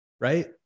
right